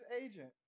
agent